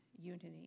unity